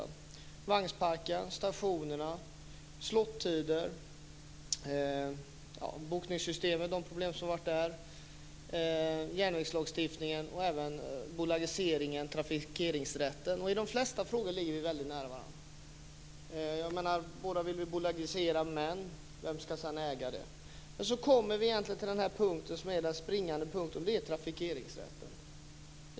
Det gäller vagnsparkerna, stationerna, slot-tiderna, bokningssystemen, järnvägslagstiftningen, bolagiseringen och trafikeringsrätten. I de flesta frågor ligger vi väldigt nära varandra. Båda vill vi bolagisera. Men vem ska sedan vara ägare? Men sedan kommer vi till det som egentligen är den springande punkten, och det är trafikeringsrätten.